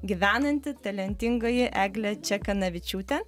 gyvenanti talentingoji eglė čekanavičiūtė